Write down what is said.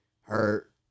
hurt